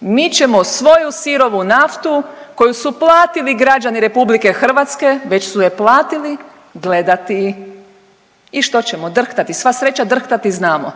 mi ćemo svoju sirovu naftu koju su platili građani Republike Hrvatske, već su je platili gledati. I što ćemo drhtati? Sva sreća drhtati znamo.